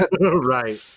Right